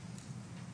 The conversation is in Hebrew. להרחיב